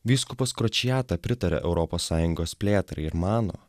vyskupas kročijata pritaria europos sąjungos plėtrai ir mano